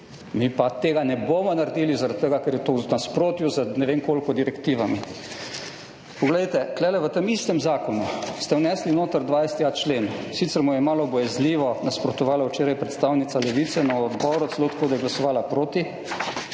mi pa tega ne bomo naredili, zaradi tega, ker je to v nasprotju z ne vem koliko direktivami. Poglejte, tule v tem istem zakonu ste vnesli noter 20.a člen, sicer mu je malo bojazljivo nasprotovala včeraj predstavnica Levice na odboru, celo tako, da je glasovala proti.